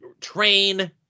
train